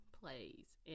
plays